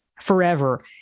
forever